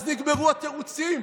אז נגמרו התירוצים.